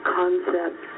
concept